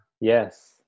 yes